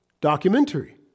documentary